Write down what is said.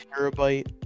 terabyte